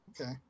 okay